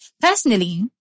personally